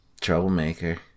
Troublemaker